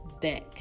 deck